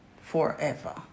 forever